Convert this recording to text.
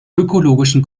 ökologischen